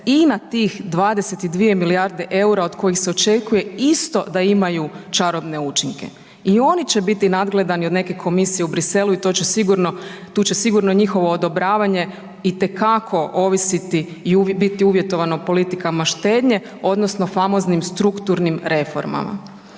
i na tih 22 milijarde EUR-a od kojih se očekuje isto da imaju čarobne učinke i oni će biti nadgledani od neke komisije u Briselu i tu će sigurno njihovo odobravanje itekako ovisiti i biti uvjetovano politikama štednje odnosno famoznim strukturnim reformama.